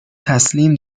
تسلیم